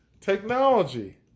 technology